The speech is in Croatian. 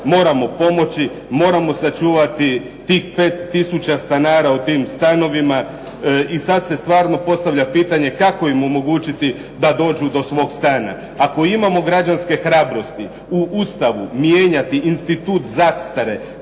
moramo pomoći, moramo sačuvati tih 5 tisuća stanara u tim stanovima i sad se stvarno postavlja pitanje kako im omogućiti da dođu do svog stana. Ako imamo građanske hrabrosti u Ustavu mijenjati institut zastare